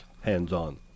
hands-on